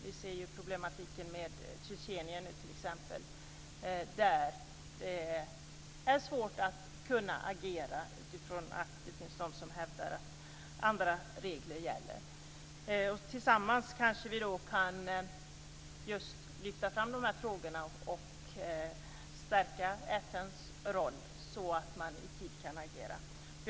Vi ser ju problematiken med Tjetjenien nu t.ex., där det är svårt att kunna agera på grund av att det finns de som hävdar att andra regler gäller. Tillsammans kanske vi kan lyfta fram de här frågorna och stärka FN:s roll så att man kan agera i tid.